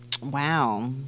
Wow